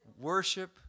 worship